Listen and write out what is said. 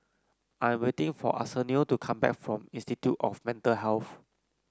I am waiting for Arsenio to come back from Institute of Mental Health